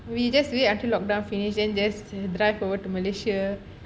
we just wait until lockdown finish then just drive over to malaysia